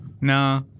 No